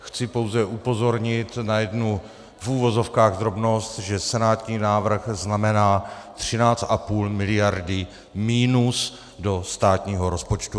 Chci pouze upozornit na jednu v uvozovkách drobnost, že senátní návrh znamená 13,5 miliardy minus do státního rozpočtu.